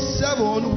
seven